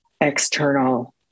external